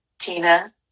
tina